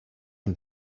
him